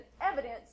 evidence